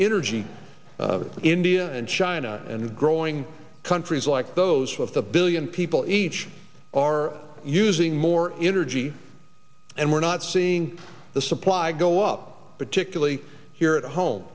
energy that india and china and growing countries like those with a billion people each are using more energy and we're not seeing the supply go up particularly here at home